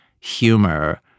humor